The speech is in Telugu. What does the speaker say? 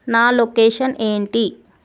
నా లొకేషన్ ఏంటి